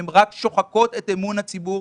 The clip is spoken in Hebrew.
הן רק שוחקות את אמון הציבור.